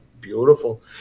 beautiful